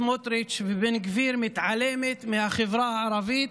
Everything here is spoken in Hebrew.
סמוטריץ' ובן גביר מתעלמת מהחברה הערבית,